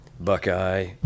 Buckeye